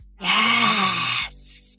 Yes